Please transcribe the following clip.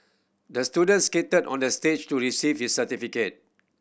the student skated onto the stage to receive his certificate